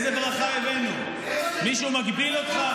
איזה ברכה הבאנו פה לכולם?